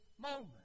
moment